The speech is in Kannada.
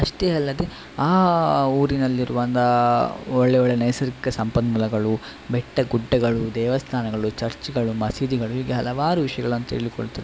ಅಷ್ಟೇ ಅಲ್ಲದೆ ಆ ಊರಿನಲ್ಲಿರುವ ಒಳ್ಳೆಯ ಒಳ್ಳೆಯ ನೈಸರ್ಗಿಕ ಸಂಪನ್ಮೂಲಗಳು ಬೆಟ್ಟ ಗುಡ್ಡಗಳು ದೇವಸ್ಥಾನಗಳು ಚರ್ಚ್ಗಳು ಮಸೀದಿಗಳು ಹೀಗೆ ಹಲವಾರು ವಿಷಯಗಳನ್ನ ತಿಳಿದ್ಕೊಳ್ತೇವೆ